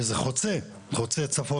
וזה חוצה צפון,